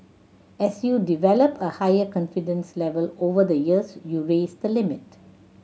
as you develop a higher confidence level over the years you raise the limit